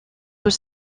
tout